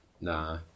nah